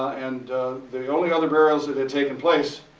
and the only other burials that had taken place,